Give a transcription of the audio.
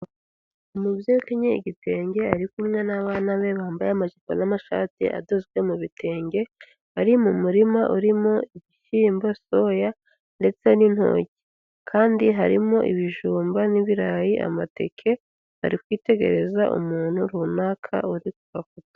Umubyeyi ukenya igitenge ari kumwe n'abana be bambaye amajipo n'amashati adozwe mu bitenge, bari mu murima urimo ibishyimba, soya, ndetse n'intoki. Kandi harimo ibijumba n'ibirayi, amateke, bari kwitegereza umuntu runaka, uri kubafotora.